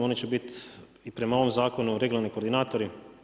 Oni će biti i prema ovom zakonu regionalni koordinatori.